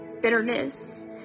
bitterness